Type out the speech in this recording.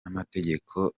n’amategeko